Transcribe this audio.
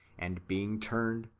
and, being turned,